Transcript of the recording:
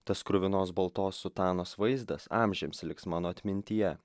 tos kruvinos baltos sutanos vaizdas amžiams liks mano atmintyje